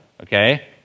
okay